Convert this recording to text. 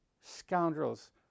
scoundrels